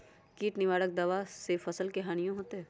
किट निवारक दावा से फसल के हानियों होतै?